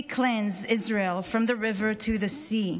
cleanse Israel” from the river to the sea,